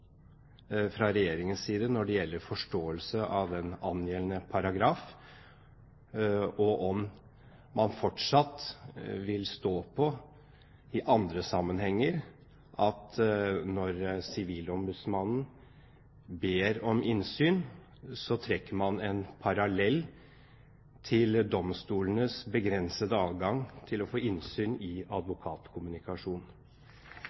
fra Regjeringens side når det gjelder forståelse av den angjeldende paragraf, og om man fortsatt i andre sammenhenger vil stå på at når Sivilombudsmannen ber om innsyn, så trekker man en parallell til domstolenes begrensede adgang til å få innsyn i